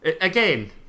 again